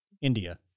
India